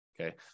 okay